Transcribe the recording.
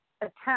attempt